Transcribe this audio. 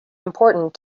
important